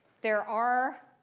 there are